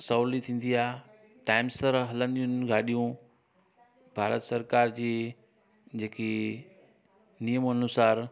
सहुली थींदी आहे टाईम सां हलंदियूं आहिनि गाॾियूं भारत सरकार जी जेकी नियम अनुसार